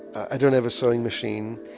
i don't have a sewing machine,